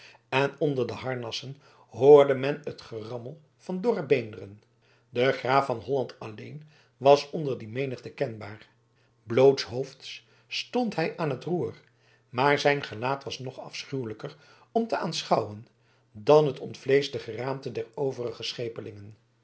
en onder de harnassen hoorde men het gerammel van dorre beenderen de graaf van holland alleen was onder die menigte kenbaar blootshoofds stond hij aan het roer maar zijn gelaat was nog afschuwelijker om te aanschouwen dan het ontvleesde geraamte der overige schepelingen